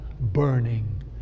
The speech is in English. burning